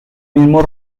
mismo